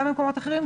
גם במקומות אחרים,